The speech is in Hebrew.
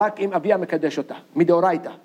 ‫רק אם אביה מקדש אותה, מדאוריתא.